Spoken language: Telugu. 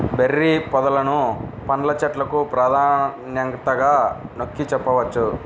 బెర్రీ పొదలను పండ్ల చెట్లకు ప్రాధాన్యతగా నొక్కి చెప్పవచ్చు